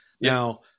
Now